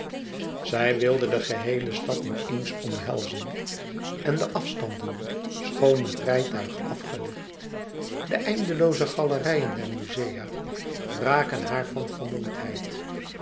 zij wilde de geheele stad in eens omhelzen en de afstanden schoon met rijtuig afgelegd de eindelooze galerijen der musea braken haar van vermoeidheid